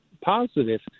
positive